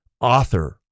author